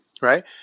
right